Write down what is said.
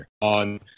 On